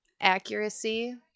accuracy